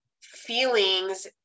feelings